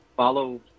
Follow